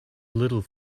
little